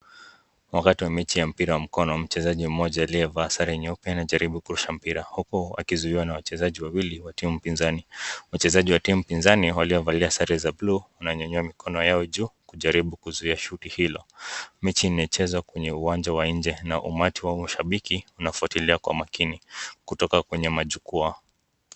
Wakati wa mechi wa mpira wa mkono mchezaji mmoja alievalia Sera nyeupe anajaribu kurusha Mpira uku akizuiwa na wachezaji wawili wa timu mpinzani .wachezaji wa timu mpinzani wa sare za blue ananyanyua mkono yako juu kujaribu kuzuia shuguli hilo mechi inachezwa kwenye uwanja wa nje na umati wa washabiki unafwatiliwa kwa makini kutoka kwenye jukwa.